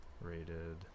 rated